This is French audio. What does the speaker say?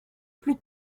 plus